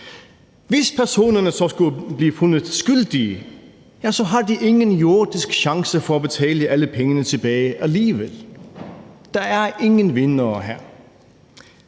Hvis personerne så skulle blive fundet skyldige, har de ingen jordisk chance for at betale alle pengene tilbage alligevel. Der er ingen vindere her.